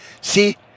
see